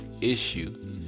issue